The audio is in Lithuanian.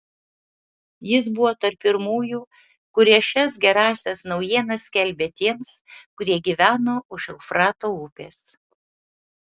jis buvo tarp pirmųjų kurie šias gerąsias naujienas skelbė tiems kurie gyveno už eufrato upės